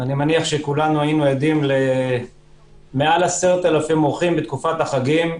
וכולנו היינו עדים למעל 10,000 אורחים בתקופת החגים,